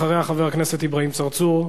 אחריה, חבר הכנסת אברהים צרצור.